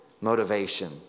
motivation